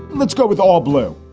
let's go with all blue.